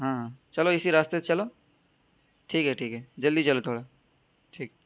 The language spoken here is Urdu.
ہاں چلو اسی راستے سے چلو ٹھیک ہے ٹھیک ہے جلدی چلو تھوڑا ٹھیک